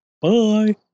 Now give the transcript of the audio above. bye